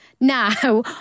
Now